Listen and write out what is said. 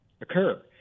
occur